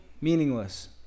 meaningless